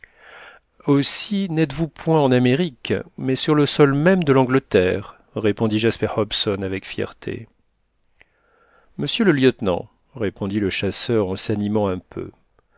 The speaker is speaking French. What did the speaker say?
aussi n'êtes-vous point en amérique mais sur le sol même de l'angleterre répondit jasper hobson avec fierté monsieur le lieutenant répondit le chasseur en s'animant un peu